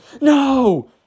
no